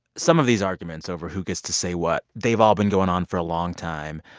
some of these arguments over who gets to say what, they've all been going on for a long time.